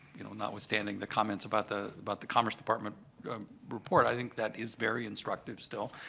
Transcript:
you know, notwithstanding the comments about the about the commerce department report, i think that is very instructive still.